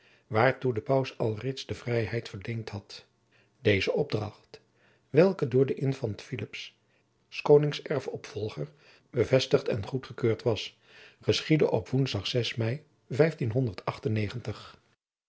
waartoe de paus alreeds de vrijheid verleend had deze opdracht welke door den infant philips s konings erfopvolger bevestigd en goedgekeurd was geschiedde op woensdag ei